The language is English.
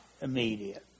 immediate